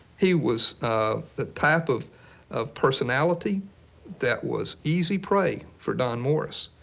he was ah the type of of personality that was easy prey for don morris,